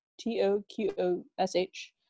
T-O-Q-O-S-H